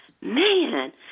man